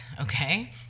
okay